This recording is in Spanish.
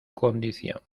condición